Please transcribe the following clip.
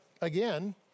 again